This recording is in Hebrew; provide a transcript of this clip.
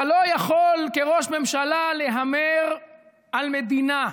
אתה לא יכול כראש ממשלה להמר על מדינה,